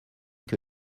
que